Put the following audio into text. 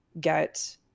get